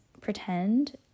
pretend